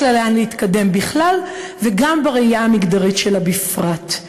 יש לה לאן להתקדם בכלל וגם בראייה המגדרית שלה בפרט.